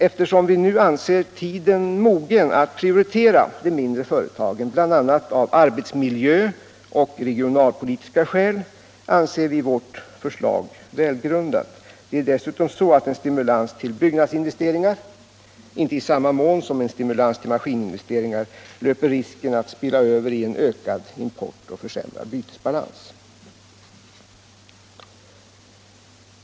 Eftersom vi nu anser tiden mogen att prioritera de mindre företagen, bl.a. av arbetsmiljöoch regionalpolitiska skäl, anser vi vårt förslag välgrundat. En stimulans till byggnadsinvesteringar löper dessutom inte i samma mån som en stimulans till maskininvesteringar risken att spilla över i en ökad import och försämrad bytesbalans.